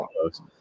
close